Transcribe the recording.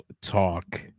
Talk